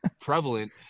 prevalent